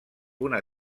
una